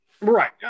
Right